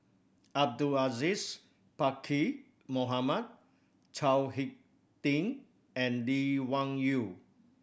Abdul Aziz Pakkeer Mohamed Chao Hick Tin and Lee Wung Yew